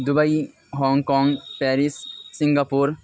Dubai Hong Kong Paris Singapore